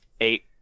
Eight